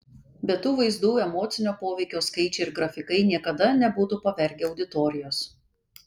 be tų vaizdų emocinio poveikio skaičiai ir grafikai niekada nebūtų pavergę auditorijos